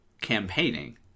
campaigning